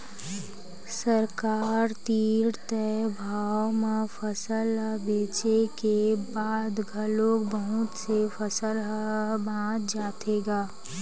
सरकार तीर तय भाव म फसल ल बेचे के बाद घलोक बहुत से फसल ह बाच जाथे गा